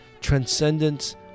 transcendence